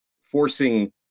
forcing